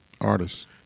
artist